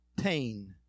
pain